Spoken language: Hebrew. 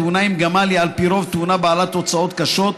תאונה עם גמל היא על פי רוב תאונה בעלת תוצאות קשות.